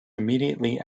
immediately